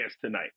tonight